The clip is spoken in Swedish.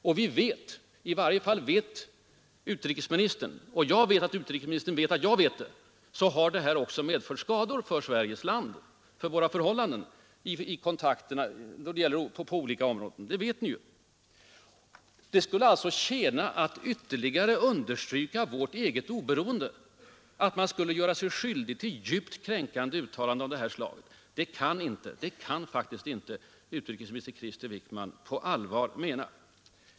Och vi vet — i varje fall vet utrikesministern det, och jag vet att utrikesministern vet att jag vet det — att åtgärden har medfört konkreta skadeverkningar för Sveriges land, för våra kontakter på olika områden. Men ni menar att man genom djupt kränkande uttalanden av det slaget, skulle ytterligare understryka vårt eget oberoende!